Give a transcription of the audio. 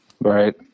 Right